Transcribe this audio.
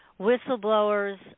whistleblowers